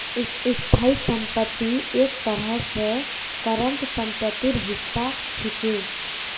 स्थाई संपत्ति एक तरह स करंट सम्पत्तिर हिस्सा छिके